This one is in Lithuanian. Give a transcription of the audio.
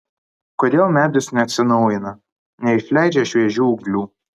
kodėl medis neatsinaujina neišleidžia šviežių ūglių